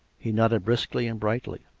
he nodded briskly and brightly.